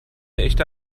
echte